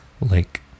lake